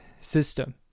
system